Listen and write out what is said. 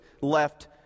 left